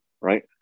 right